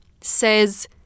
says